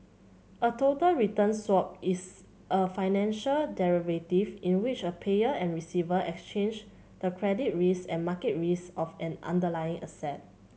a total return swap is a financial derivative in which a payer and receiver exchange the credit risk and market risk of an underlying asset